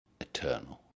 eternal